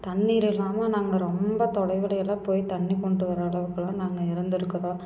தண்ணீர் இல்லாம நாங்கள் ரொம்ப தொலைவுலலாம் போய் தண்ணி மொண்ட்டு வர்ற அளவுக்கு எல்லாம் நாங்கள் இருந்து இருக்குறோம்